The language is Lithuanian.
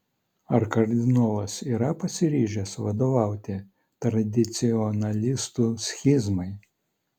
ar kardinolas yra pasiryžęs vadovauti tradicionalistų schizmai